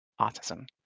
autism